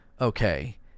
okay